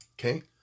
Okay